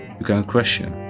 you cannot question.